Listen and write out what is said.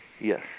Yes